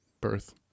birth